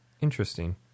Interesting